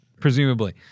presumably